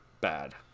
bad